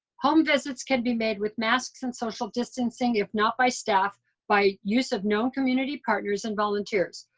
home visits can be made with masks and social distancing, if not by staff by use of known community partners and volunteers.